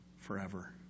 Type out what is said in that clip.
Forever